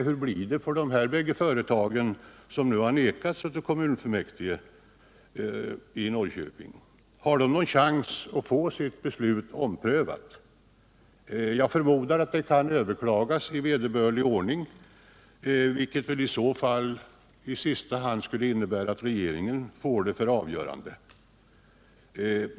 Hur blir det för de bägge företag som nu nekats av kommunfullmäktige i Norrköping? Har de någon chans att få beslutet omprövat? Förmodligen kan beslutet överklagas i vederbörlig ordning, vilket troligen skulle innebära att det i sista hand går till regeringen för avgörande.